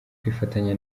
kwifatanya